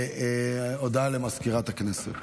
הודעה לסגנית מזכיר הכנסת.